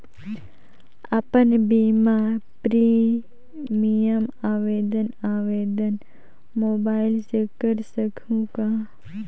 अपन बीमा प्रीमियम आवेदन आवेदन मोबाइल से कर सकहुं का?